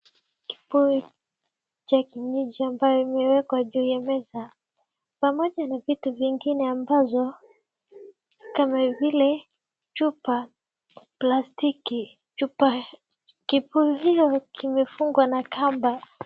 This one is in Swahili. Kibuyu cha kienyeji imeekwa juu ya meza pamoja na vitu vingine ambazo kama vile chupa, plastiki, chupa kibuyu hiyo kimefungwa na kamba.